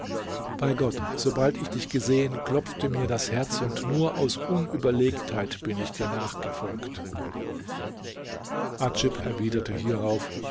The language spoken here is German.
bei gott sobald ich dich gesehen klopfte mir das herz und nur aus unüberlegtheit bin ich dir nachgefolgt adjib erwiderte hierauf